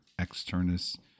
externus